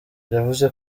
yavuze